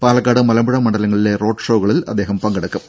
പാലക്കാട് മലമ്പുഴ മണ്ഡലങ്ങളിലെ റോഡ് ഷോകളിൽ അദ്ദേഹം പങ്കെടുക്കും